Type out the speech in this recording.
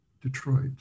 Detroit